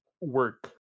work